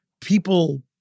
people